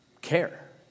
care